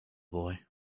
boy